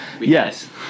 Yes